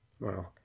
Wow